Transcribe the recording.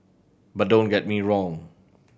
but don't get me wrong